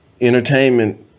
entertainment